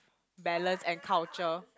balance and culture